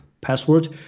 password